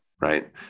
right